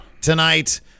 tonight